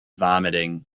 vomiting